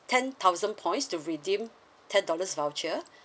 ten thousand points to redeem ten dollars voucher